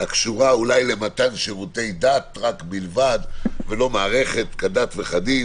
הקשורה אולי למתן שירותי דת" רק בלבד ולא מערכת כדת וכדין